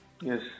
Yes